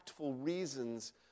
reasons